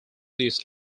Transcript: this